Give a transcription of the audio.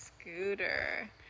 Scooter